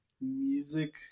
Music